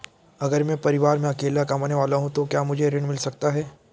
अगर मैं परिवार में अकेला कमाने वाला हूँ तो क्या मुझे ऋण मिल सकता है?